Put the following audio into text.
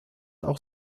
auch